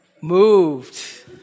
moved